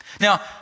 Now